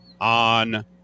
on